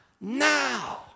now